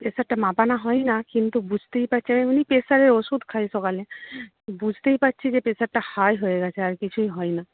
প্রেশারটা মাপানো হয় না কিন্তু বুঝতেই পারছি আর এমনি প্রেশারের ওষুধ খাই সকালে বুঝতেই পারছি যে প্রেশারটা হাই হয়ে গেছে আর কিছুই হয় না